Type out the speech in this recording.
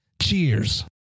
Cheers